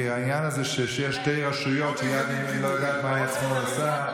כי העניין הזה שיש שתי רשויות כשיד ימין לא יודעת מה יד שמאל עושה,